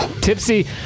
Tipsy